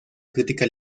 crítica